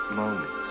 moments